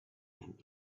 and